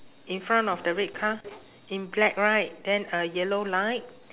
in front of the red car in black right then a yellow light